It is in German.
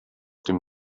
dem